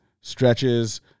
Stretches